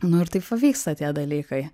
nu ir taip va vyksta tie dalykai